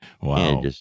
Wow